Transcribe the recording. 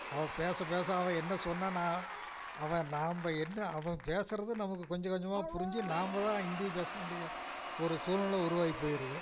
அவன் பேசப் பேச அவன் என்ன சொன்னான்னா அவன் நாம் என்ன அவன் பேசுறது நமக்குக் கொஞ்ச கொஞ்சமாக புரிஞ்சு நாம் தான் இந்தி பேச வேண்டிய ஒரு சூழ்நிலை உருவாகிப் போயிடுது